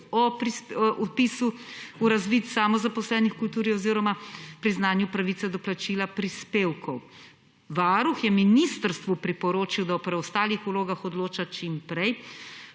o vpisu v razvid samozaposlenih v kulturi oziroma priznanju pravice do plačila prispevkov. Varuh je ministrstvu priporočil, da o preostalih vlogah odloča čim prej.